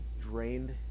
drained